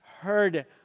heard